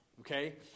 okay